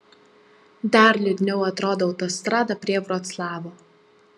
dar liūdniau atrodo autostrada prie vroclavo